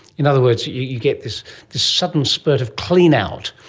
in other words, you get this sudden spurt of clean-out.